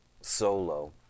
solo